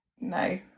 No